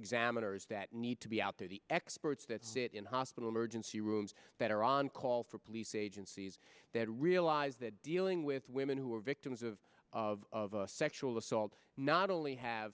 examiners that need to be out there the experts that sit in hospital emergency rooms that are on call for police agencies that realize that dealing with women who are victims of of sexual assault not only have